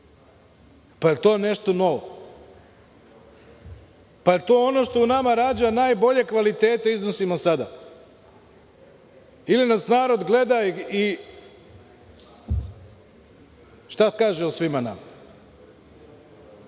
li je to nešto novo? Da li je to ono što u nama rađa najbolje kvalitete iznosimo sada, ili nas narod gleda i šta kaže o svima